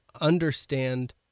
understand